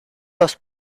los